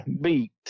beat